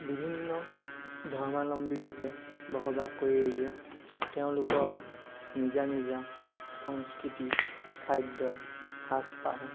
বিভিন্ন ধৰ্মাৱলম্বী লোকে বসবাস কৰি আহিছে তেওঁলোকৰ নিজা নিজা সংস্কৃতি খাদ্য সাজপাৰ